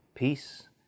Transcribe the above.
peace